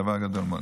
זה דבר גדול מאוד.